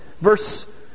Verse